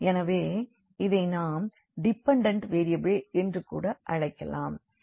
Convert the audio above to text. எனவே இதை நாம் டிபன்டண்ட் வேரியபிள் என்று கூட அழைக்கலாம்